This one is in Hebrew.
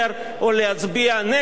כי רק בגלל דבר אחד,